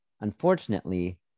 Unfortunately